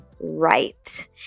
right